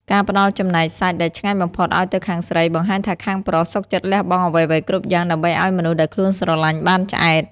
ការផ្ដល់ចំណែកសាច់ដែលឆ្ងាញ់បំផុតឱ្យទៅខាងស្រី បង្ហាញថាខាងប្រុសសុខចិត្តលះបង់អ្វីៗគ្រប់យ៉ាង ដើម្បីឱ្យមនុស្សដែលខ្លួនស្រឡាញ់បានឆ្អែត។